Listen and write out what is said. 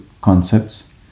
concepts